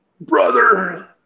Brother